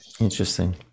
Interesting